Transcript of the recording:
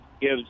gives